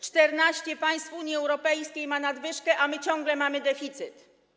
14 państw Unii Europejskiej ma nadwyżkę, a my ciągle mamy deficyt.